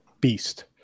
beast